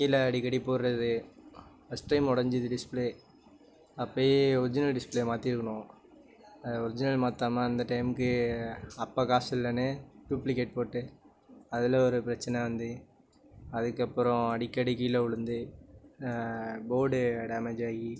கீழே அடிக்கடி போடுகிறது ஃபஸ்ட் டைம் உடைஞ்சிது டிஸ்பிளே அப்போயே ஒரிஜினல் டிஸ்பிளே மாற்றிருக்கணும் ஒரிஜினல் மாற்றாம அந்த டைமுக்கு அப்போ காசு இல்லைன்னு டூப்ளிக்கேட் போட்டு அதில் ஒரு பிரச்சனை வந்து அதுக்கப்புறம் அடிக்கடி கீழ விழுந்து போர்டு டேமேஜாகி